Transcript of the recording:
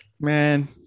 Man